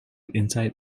inside